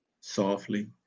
softly